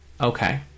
Okay